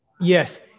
yes